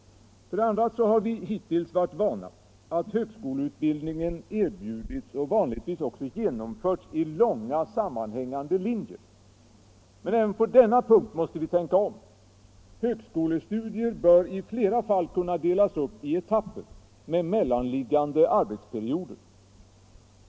2. Hittills har vi varit vana att högskoleutbildning erbjudits och vanligtvis också genomförts i långa sammanhängande linjer, men även på denna punkt måste vi tänka om. Högskolestudier bör i flera fall kunna delas upp i etapper med mellanliggande arbetsperioder.